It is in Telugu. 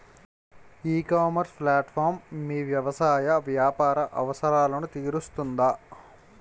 ఈ ఇకామర్స్ ప్లాట్ఫారమ్ మీ వ్యవసాయ వ్యాపార అవసరాలను తీరుస్తుందా?